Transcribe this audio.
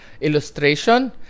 illustration